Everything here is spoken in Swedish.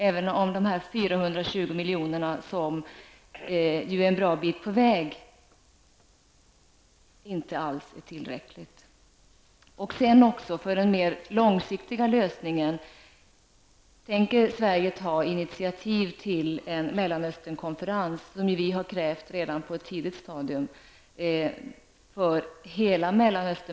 Även om de här 420 miljonerna är en bra bit på väg är det inte alls tillräckligt. Tänker Sverige ta initiativ till en Mellanösternkonferens för att nå en mer långsiktig lösning på hela Mellanösternproblemet. Detta har vi krävt redan på ett tidigt stadium.